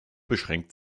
beschränkt